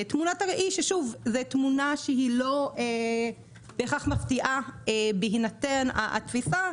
תמונת הראי היא תמונה שלא בהכרח מפתיעה בהינתן התפיסה,